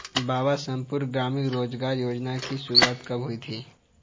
बाबा संपूर्ण ग्रामीण रोजगार योजना की शुरुआत कब हुई थी?